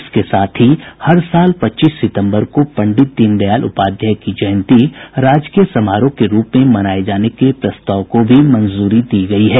इसके साथ ही हर साल पच्चीस सितंबर को पंडित दीनदयाल उपाध्याय की जयंती राजकीय समारोह के रूप में मनाए जाने के प्रस्ताव को भी मंजूरी दी गई है